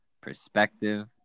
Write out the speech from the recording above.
perspective